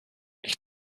ich